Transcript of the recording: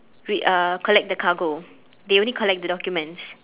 re~ uh collect the cargo they only collect the documents